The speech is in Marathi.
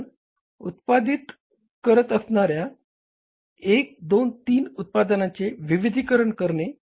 आपण उत्पादित करत असणाऱ्या 1 2 3 उत्पादनांचे विविधीकरण करणे